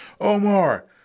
Omar